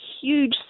huge